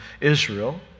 Israel